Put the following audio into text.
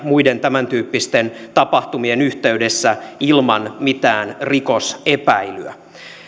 muiden tämäntyyppisten tapahtumien yhteydessä ilman mitään rikosepäilyä